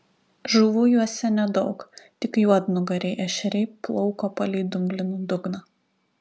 žuvų juose nedaug tik juodnugariai ešeriai plauko palei dumbliną dugną